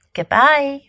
Goodbye